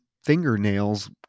fingernails